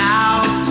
out